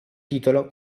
titolo